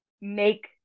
make